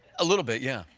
a little bit, yeah.